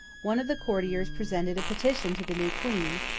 one of the courtiers presented a petition to the new queen,